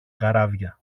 καράβια